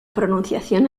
pronunciación